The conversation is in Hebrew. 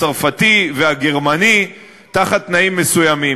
הצרפתי והגרמני בתנאים מסוימים.